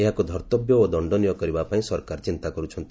ଏହାକୁ ଧର୍ତ୍ତବ୍ୟ ଓ ଦଶ୍ଚନୀୟ କରିବା ପାଇଁ ସରକାର ଚିନ୍ତା କରୁଛନ୍ତି